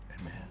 Amen